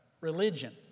religion